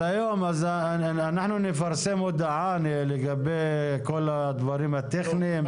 אנחנו נפרסם הודעה לגבי כל הדברים הטכניים,